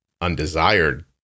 undesired